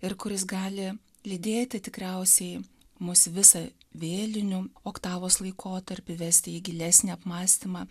ir kuris gali lydėti tikriausiai mus visą vėlinių oktavos laikotarpį vesti į gilesnį apmąstymą